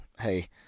Hey